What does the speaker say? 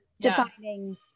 defining